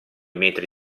metri